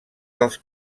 dels